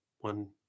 One